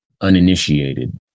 uninitiated